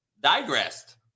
digressed